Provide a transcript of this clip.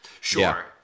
Sure